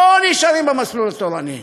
לא נשארים במסלול התורני.